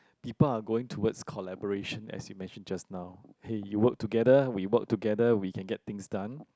people are going towards collaboration as you mention just now hey you work together we work together we can get things done